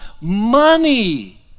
money